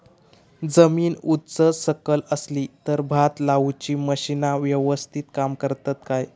जमीन उच सकल असली तर भात लाऊची मशीना यवस्तीत काम करतत काय?